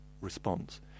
response